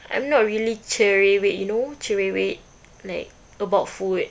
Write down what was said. I'm not really cerewet you know cerewet like about food